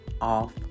off